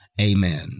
Amen